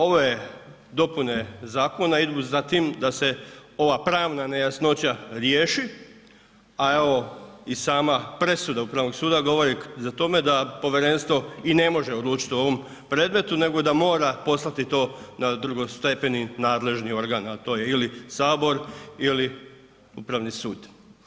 Ove dopune zakona idu za tim da se ova pravna nejasnoća riješi, a evo i sama presuda Upravnog suda govori o tome da povjerenstvo i ne može odlučiti o ovom predmetu, nego da mora poslati to na drugostepeni nadležni organ, a to je ili HS ili Upravni sud.